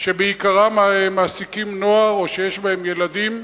שבעיקרם מעסיקים נוער או שיש בהם ילדים,